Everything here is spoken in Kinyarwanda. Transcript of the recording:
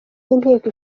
y’inteko